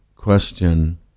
question